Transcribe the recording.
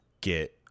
get